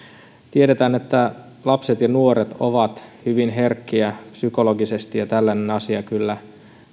tiedetään että lapset ja nuoret ovat hyvin herkkiä psykologisesti ja tällainen asia kyllä